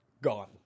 Gone